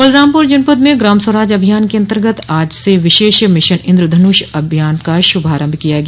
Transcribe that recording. बलरामपुर जनपद में ग्राम स्वराज अभियान के अन्तर्गत आज से विशेष मिशन इन्द्रधनुष अभियान का शुभारम्भ किया गया